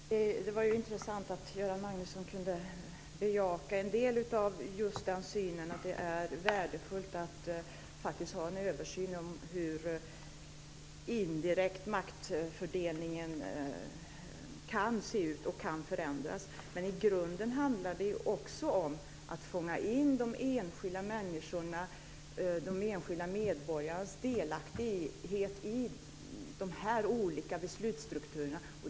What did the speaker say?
Herr talman! Det var intressant att Göran Magnusson delvis kunde bejaka att det vore värdefullt med en översyn av hur maktfördelningen indirekt kan se ut och kan förändras. Men i grunden handlar det också om att fånga in de enskilda medborgarnas delaktighet i de här olika beslutsstrukturerna.